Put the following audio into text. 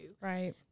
right